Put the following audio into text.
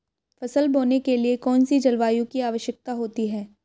फसल बोने के लिए कौन सी जलवायु की आवश्यकता होती है?